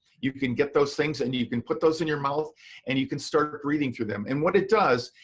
you can get those things and you you can put those in your mouth and you can start breathing through them. and what it does,